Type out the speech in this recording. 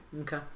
Okay